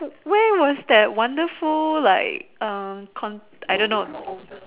where was that wonderful like con I don't know